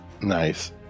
Nice